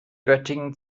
göttingen